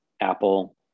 Apple